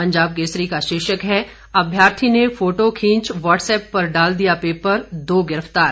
पंजाब केसरी का शीर्षक है अभ्यर्थी ने फोटो खींच व्हाट्सएप पर डाल दिया पेपर दो गिरफ्तार